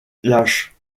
lâches